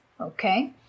Okay